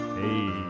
Hey